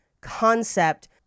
concept